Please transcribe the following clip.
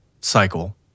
cycle